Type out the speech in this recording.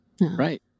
Right